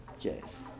Yes